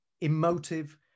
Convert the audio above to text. emotive